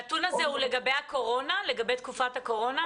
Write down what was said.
הנתון הזה הוא לגבי תקופת הקורונה?